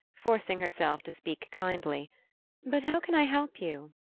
forcing herself to speak kindly but how can i help you?